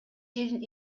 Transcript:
жерин